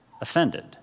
offended